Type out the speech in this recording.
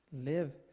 live